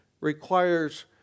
requires